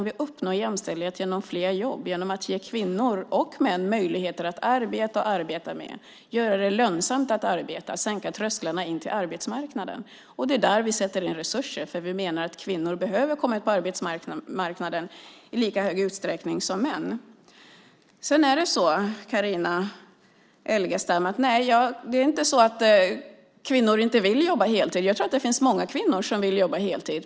Vi uppnår jämställdhet genom fler jobb, som ger kvinnor - och män - möjlighet att arbeta, och genom att man gör det lönsamt att arbeta och sänker trösklarna in till arbetsmarknaden. Det är där vi sätter in resurser, för vi menar att kvinnor behöver komma in på arbetsmarknaden i lika stor utsträckning som män. Nej, Carina Adolfsson Elgestam, det är inte så att kvinnor inte vill jobba heltid. Jag tror att det finns många kvinnor som vill jobba heltid.